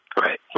Right